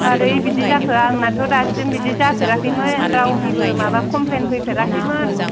मारै बिदि जाखो आंनाथ' दासिम बिदि जाफेराखैमोन रावनिबो माबा कमप्लेन फैफेराखैमोन